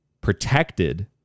protected